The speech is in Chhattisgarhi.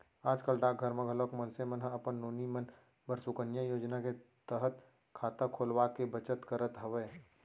आज कल डाकघर मन म घलोक मनसे मन ह अपन नोनी मन बर सुकन्या योजना के तहत खाता खोलवाके बचत करत हवय